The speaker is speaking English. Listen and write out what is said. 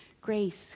Grace